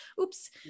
oops